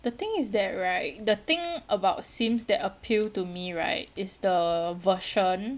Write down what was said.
the thing is that right the thing about sims that appeal to me right is the version